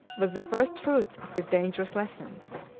was the first fruits of his dangerous lessons.